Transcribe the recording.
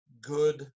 good –